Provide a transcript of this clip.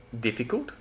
difficult